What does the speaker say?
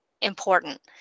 important